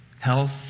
health